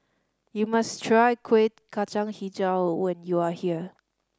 you must try Kuih Kacang Hijau when you are here